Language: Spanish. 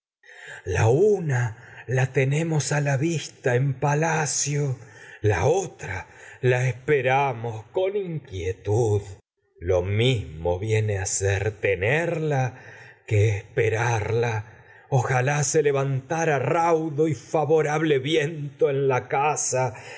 la una la tenemos con la vis palacio a la otra ser la esperamos inquietud lo mismo viene tenerla que esperarla ojalá se levan en tara raudo y favorable viento sitios para no la casa